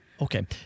Okay